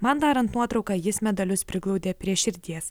man darant nuotrauką jis medalius priglaudė prie širdies